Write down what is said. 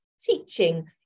teaching